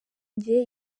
njye